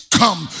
come